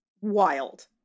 wild